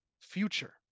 future